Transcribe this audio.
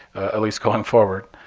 at least going forward.